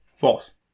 false